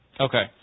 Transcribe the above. Okay